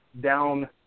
down